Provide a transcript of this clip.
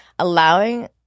Allowing